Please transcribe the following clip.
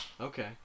Okay